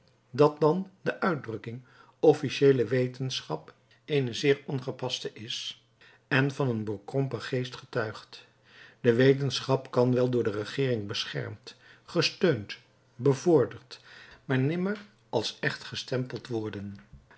dat dan de uitdrukking officieele wetenschap eene zeer ongepaste is en van een bekrompen geest getuigt de wetenschap kan wel door de regeering beschermd gesteund bevorderd maar nimmer als echt gestempeld worden